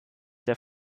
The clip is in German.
der